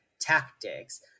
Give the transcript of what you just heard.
tactics